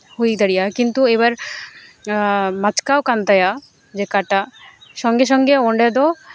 ᱦᱩᱭ ᱫᱟᱲᱮᱭᱟᱜᱼᱟ ᱠᱤᱱᱛᱩ ᱮᱵᱟᱨ ᱢᱟᱪᱠᱟᱣ ᱠᱟᱱ ᱛᱟᱭᱟ ᱡᱮ ᱠᱟᱴᱟ ᱥᱚᱝᱜᱮ ᱥᱚᱝᱜᱮ ᱚᱸᱰᱮ ᱫᱚ